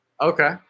Okay